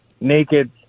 naked